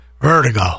Vertigo